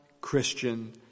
Christian